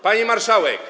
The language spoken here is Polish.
Pani Marszałek!